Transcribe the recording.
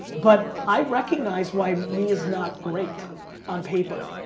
but i recognize why me is not great on paper.